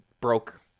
broke